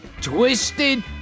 twisted